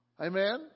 Amen